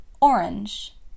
orange